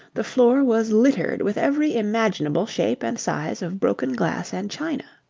the floor was littered with every imaginable shape and size of broken glass and china.